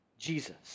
Jesus